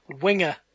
Winger